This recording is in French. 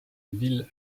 ville